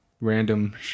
random